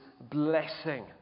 blessing